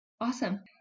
Awesome